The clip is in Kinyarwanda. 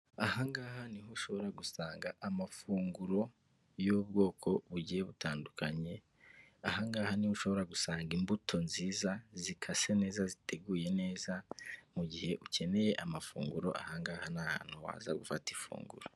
Aha ngaha niho ushobora gusanga amafunguro y'ubwoko bugiye butandukanye, aha ngaha niho ushobora gusanga imbuto nziza zikase neza ziteguye neza mu gihe ukeneye amafunguro, aha ngaha ni ahantu waza gufata ifunguro.